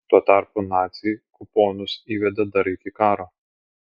tuo tarpu naciai kuponus įvedė dar iki karo